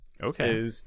okay